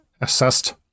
assessed